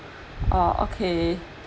oh okay